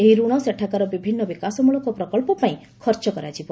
ଏହି ଋଣ ସେଠାକାର ବିଭିନ୍ନ ବିକାଶମୃଳକ ପ୍ରକଳ୍ପ ପାଇଁ ଖର୍ଚ୍ଚ କରାଯିବ